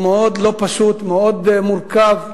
הוא מאוד לא פשוט, מאוד מורכב.